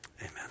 amen